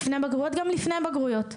גם לפני בגרויות.